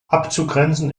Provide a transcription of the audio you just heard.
abzugrenzen